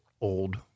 old